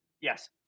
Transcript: Yes